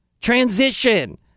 Transition